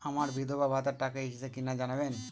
আমার বিধবাভাতার টাকা এসেছে কিনা জানাবেন?